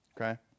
okay